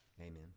Amen